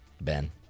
Ben